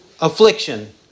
affliction